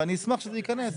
ואני אשמח שזה ייכנס.